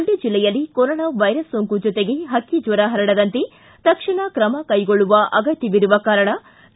ಮಂಡ್ಯ ಜಿಲ್ಲೆಯಲ್ಲಿ corona virus ಸೋಂಕು ಜತೆಗೆ ಹಕ್ಕಿ ಜ್ವರ ಹರಡದಂತೆ ತಕ್ಷಣ ಕ್ರಮ ಕೈಗೊಳ್ಳುವ ಅಗತ್ಯವಿರುವ ಕಾರಣ ಕೆ